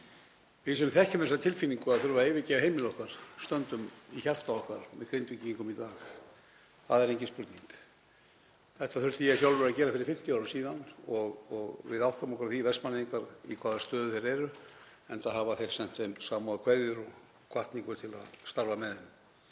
Við sem þekkjum þessa tilfinningu að þurfa að yfirgefa heimili okkar stöndum í hjarta okkar með Grindvíkingum í dag. Það er engin spurning. Þetta þurfti ég sjálfur að gera fyrir 50 árum síðan og við áttum okkur á því, Vestmannaeyingar, í hvaða stöðu þeir eru, enda hafa þeir sent þeim samúðarkveðjur og hvatningu til að starfa með þeim.